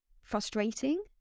frustrating